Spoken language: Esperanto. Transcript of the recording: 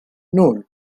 nul